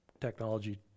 Technology